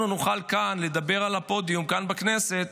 נוכל כאן לדבר על הפודיום כאן בכנסת,